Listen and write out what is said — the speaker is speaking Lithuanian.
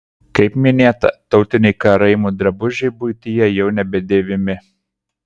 kaip minėta tautiniai karaimų drabužiai buityje jau nebedėvimi